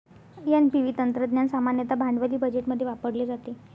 NPV तंत्रज्ञान सामान्यतः भांडवली बजेटमध्ये वापरले जाते